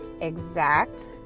exact